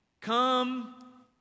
Come